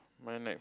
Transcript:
mine have